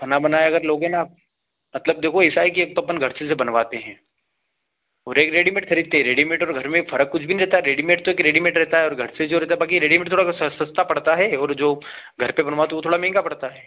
बना बनाया अगर लोगे ना आप मतलब देखो ऐसा है कि एक तो अपन घर से बनवाते हैं ओर एक रेडीमेड खरीदते हैं रेडीमेड और घर में फर्क कुछ भी नहीं रहता रेडीमेड तो एक रेडीमेड रहता और घर से जो रहता बाकी रेडीमेड थोड़ा सस्ता पड़ता है और जो घर पर बनवाओ तो वह थोड़ा महंगा पड़ता है